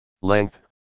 Length